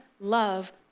love